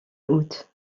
août